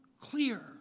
clear